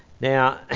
Now